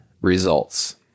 results